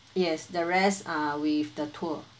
yes the rest are with the tour